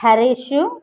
Harish